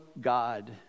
God